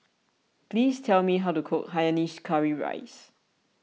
please tell me how to cook Hainanese Curry Rice